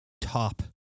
top